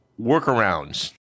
workarounds